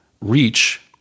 reach